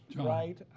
right